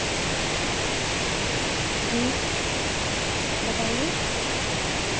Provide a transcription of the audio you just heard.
جی بتائیے